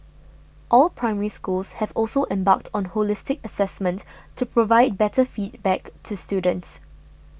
all Primary Schools have also embarked on holistic assessment to provide better feedback to students